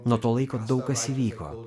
nuo to laiko daug kas įvyko